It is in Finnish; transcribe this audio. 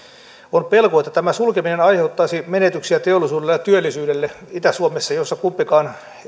on pelko että tämä sulkeminen aiheuttaisi menetyksiä teollisuudelle ja työllisyydelle itä suomessa missä kumpikaan